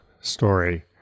story